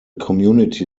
community